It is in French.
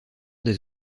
des